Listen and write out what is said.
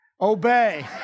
Obey